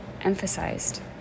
emphasized